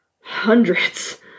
hundreds